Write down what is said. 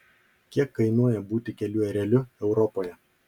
kiek kainuoja būti kelių ereliu europoje